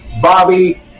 Bobby